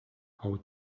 how